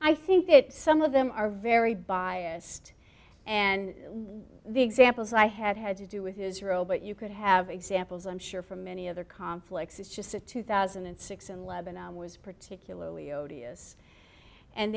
i think that some of them are very biased and what the examples i had had to do with israel but you could have examples i'm sure from many other conflicts it's just the two thousand and six in lebanon was particularly odious and